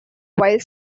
while